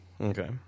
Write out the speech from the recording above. Okay